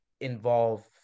involve